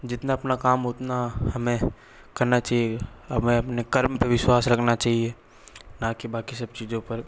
जितना अपना काम उतना हमें करना चाहिए हमें अपने कर्म पर विश्वास रखना चाहिए ना कि बाकी सब चीजों पर